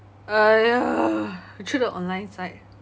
!aiya! through the online site